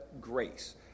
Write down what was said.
grace